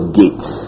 gates